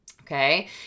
Okay